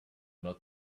not